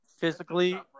physically